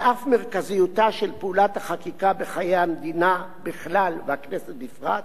על אף מרכזיותה של פעולת החקיקה בחיי המדינה בכלל והכנסת בפרט,